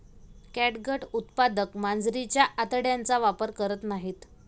catgut उत्पादक मांजरीच्या आतड्यांचा वापर करत नाहीत